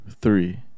three